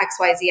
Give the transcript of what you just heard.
XYZ